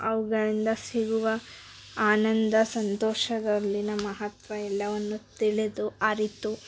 ಅವುಗಳಿಂದ ಸಿಗುವ ಆನಂದ ಸಂತೋಷದಲ್ಲಿನ ಮಹತ್ವ ಎಲ್ಲವನ್ನು ತಿಳಿದು ಅರಿತು